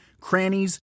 crannies